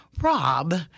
Rob